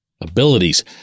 abilities